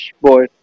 boy